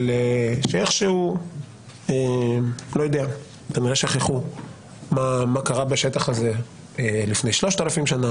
שאיכשהו כנראה שכחו מה קרה בשטח הזה לפני 3,000 שנה,